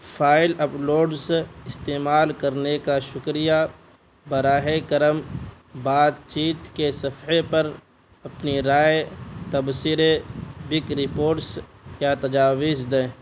file uploads استعمال کرنے کا شکریہ براہ کرم بات چیت کے صفحے پر اپنی رائے تبصرے بک رپورٹس یا تجاویز دیں